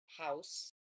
house